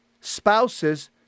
spouses